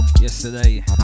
yesterday